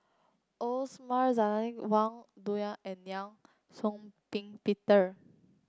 Osman Zailani Wang Dayuan and Law Shau Ping Peter